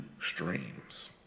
streams